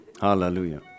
Hallelujah